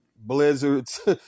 blizzards